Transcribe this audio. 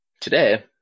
today